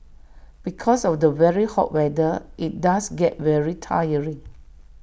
because of the very hot weather IT does get very tiring